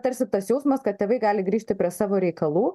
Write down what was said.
tarsi tas jausmas kad tėvai gali grįžti prie savo reikalų